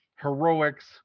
heroics